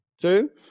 Two